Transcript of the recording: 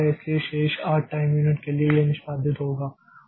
इसलिए शेष 8 time unit के लिए यह निष्पादित होगा